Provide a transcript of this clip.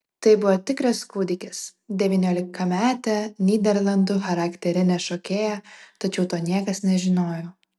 tai buvo tikras kūdikis devyniolikametė nyderlandų charakterinė šokėja tačiau to niekas nežinojo